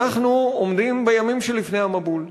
אנחנו עומדים בימים שלפני המבול.